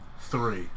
Three